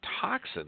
toxin